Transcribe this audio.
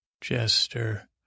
Jester